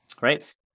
Right